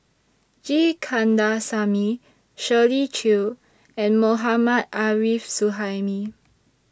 G Kandasamy Shirley Chew and Mohammad Arif Suhaimi